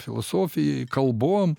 filosofijai kalbom